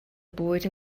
bwyd